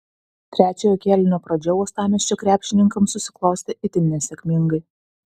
trečiojo kėlinio pradžia uostamiesčio krepšininkams susiklostė itin nesėkmingai